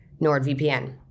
NordVPN